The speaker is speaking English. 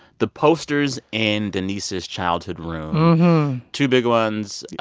the posters in denise's childhood room two big ones.